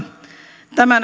tämä